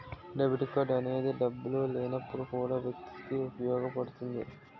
debit card అనేది డబ్బులు లేనప్పుడు కూడా వ్యక్తికి ఉపయోగపడుతుంది